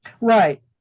Right